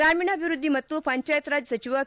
ಗ್ರಾಮೀಣಾಭಿವೃದ್ಧಿ ಮತ್ತು ಪಂಚಾಯತ್ ರಾಜ್ ಸಚಿವ ಕೆ